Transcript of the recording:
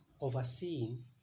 overseeing